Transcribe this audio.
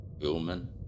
Human